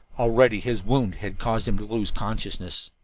already his wound had caused him to lose consciousness.